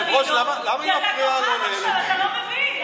אתה לא מבין.